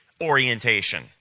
orientation